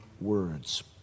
words